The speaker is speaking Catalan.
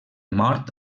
mort